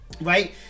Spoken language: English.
right